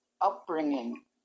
upbringing